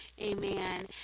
Amen